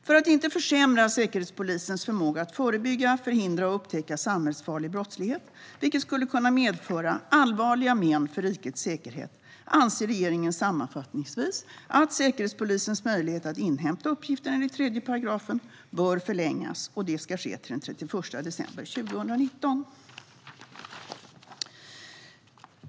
För att inte försämra Säkerhetspolisens förmåga att förebygga, förhindra och upptäcka samhällsfarlig brottslighet, vilket skulle kunna medföra allvarliga men för rikets säkerhet, anser regeringen sammanfattningsvis att Säkerhetspolisens möjlighet att inhämta uppgifter enligt 3 § bör förlängas till den 31 december 2019.